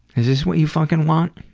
is this what you fucking want?